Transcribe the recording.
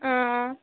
हां